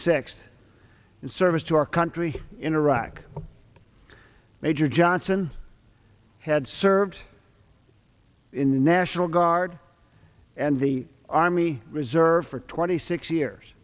in service to our country in iraq major johnson had served in the national guard and the army reserve for twenty six years